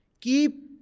Keep